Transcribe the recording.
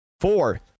four